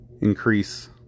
increase